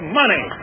money